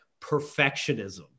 Perfectionism